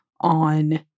on